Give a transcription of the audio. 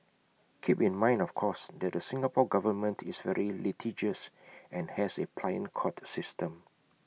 keep in mind of course that the Singapore Government is very litigious and has A pliant court system